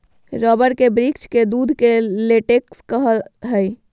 rubber के वृक्ष के दूध के लेटेक्स कहो हइ